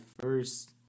first